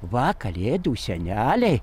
va kalėdų seneliai